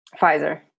Pfizer